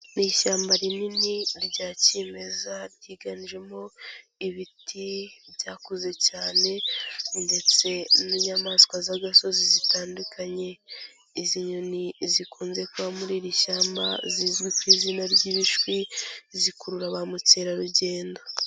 Ni ishyamba rinini rya kimeza ryiganjemo ibiti byakuze cyane ndetse n'inyamaswa z'agasozi zitandukanye, izi nyoni zikunze kuba muri iri shyamba zizwi ku izina ry'ibishwi zikurura ba mukerarugendo.